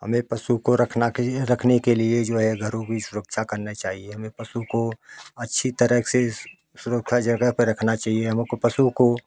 हमें पशु को रखना के लिए रखने के लिए जो है घरों की सुरक्षा करनी चाहिए हमें पशु को अच्छी तरह से सुरक्षा जगह पर रखना चाहिए हम को पशुओं को